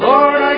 Lord